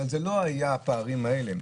אבל אלו לא היו הפערים האלה.